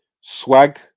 Swag